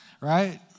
Right